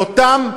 לאותם אזורים,